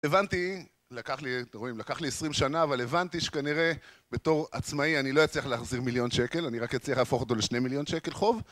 הבנתי, לקח לי, אתם רואים, לקח לי 20 שנה, אבל הבנתי שכנראה בתור עצמאי אני לא אצליח להחזיר מיליון שקל, אני רק אצליח להפוך אותו לשני מיליון שקל חוב